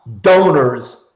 donors